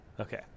Okay